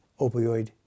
opioid